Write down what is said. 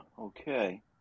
okay